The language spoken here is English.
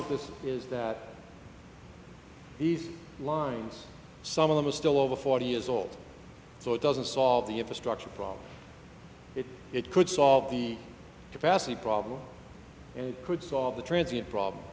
with this is that these lines some of them are still over forty years old so it doesn't solve the infrastructure problem it it could solve the capacity problem and could solve the transit problem